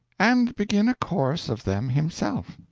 and begin a course of them himself.